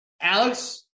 Alex